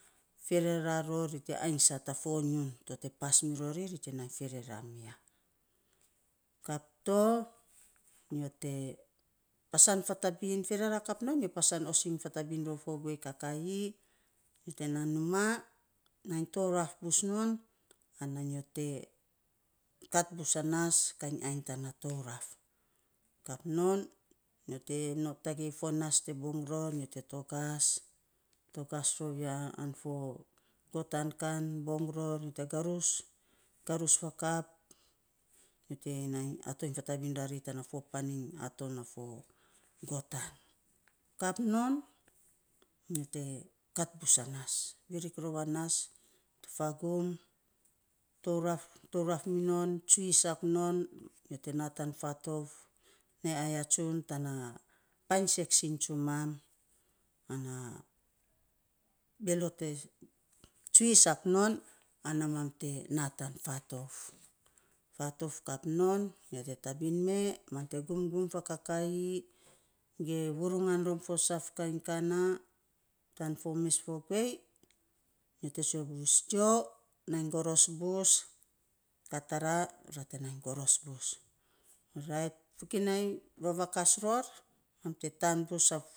Ferera ror, ri te aisait a fo nyiun. Pass mirori, ri te nai ferera mi ya. Kap to pasan fatabiny ferera kap non nyo pasan osing fatabin rou fo guei kakaii, nyo te naa numaa. Nainy touraf bus non ana nyo te kat bus a nas kain ainy tana touraf kap non nyo te tagei fo nas te bong ror nyo te togas togas rou ya, kotan kan bong ror nyol te garus garus fakap, te nai atom rari tana fo pan iny aton gotan. Kap non, nyo te kat bus a nas, virik rou a nas nyo te fagum. Touraf touraf minon, tsuri sak non, nyo te na tan fatouf, neaya tsun tana painy seksion tsuam ana belo, tsur sak non ana mam te naa tan fatouf. Fatouf kap non nyo te tabin mee, nyo te gumgum fa kakaii, ge vurungan rom fo saf kain ka naa tan fo mes fo nyo te tsue bus, yoo, nai goros bus. Kat araa ra te nai goros bbus, ri te fokinai vavakas ror mam te taan bus sap.